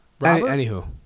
anywho